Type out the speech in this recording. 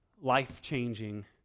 life-changing